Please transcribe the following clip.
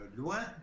loin